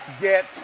get